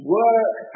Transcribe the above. work